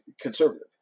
conservative